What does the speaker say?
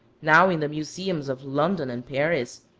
now in the museums of london and paris,